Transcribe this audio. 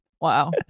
Wow